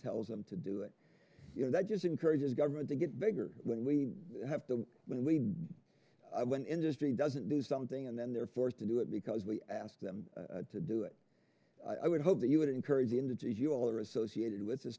tells them to do it you know that just encourages government to get bigger when we have to when we when industry doesn't do something and then they're forced to do it because we asked them to do it i would hope that you would encourage the integers you all are associated with